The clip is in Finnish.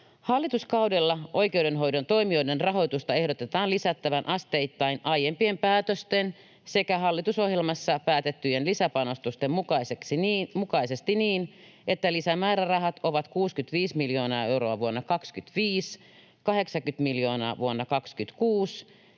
Hallituskaudella oikeudenhoidon toimijoiden rahoitusta ehdotetaan lisättävän asteittain aiempien päätösten sekä hallitusohjelmassa päätettyjen lisäpanostusten mukaisesti niin, että lisämäärärahat ovat 65 miljoonaa euroa vuonna 25, 80 miljoonaa vuonna 26